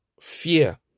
fear